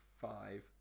five